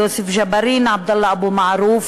יוסף ג'בארין ועבדאללה אבו מערוף,